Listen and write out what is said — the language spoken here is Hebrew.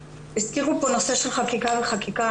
הזכירו פה נושא של חקיקה על חקיקה,